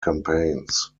campaigns